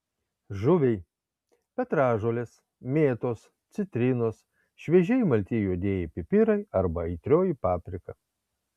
žuviai petražolės mėtos citrinos šviežiai malti juodieji pipirai arba aitrioji paprika